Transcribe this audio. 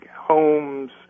homes